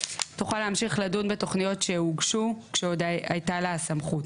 תוכל להמשיך לדון בתוכניות שהוגשו כשעוד הייתה לה הסמכות.